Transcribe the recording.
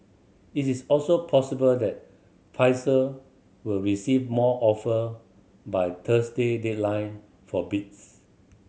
it is also possible that Pfizer will receive more offer by Thursday deadline for bids